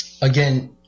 Again